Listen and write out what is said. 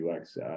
UX